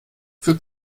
für